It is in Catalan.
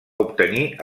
obtenir